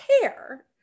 care